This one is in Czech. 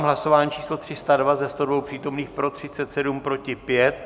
Hlasování číslo 302, ze 102 přítomných pro 37, proti 5.